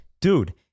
dude